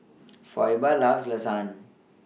Phoebe loves Lasagna